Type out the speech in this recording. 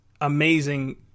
amazing